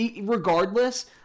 Regardless